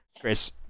Chris